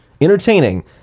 entertaining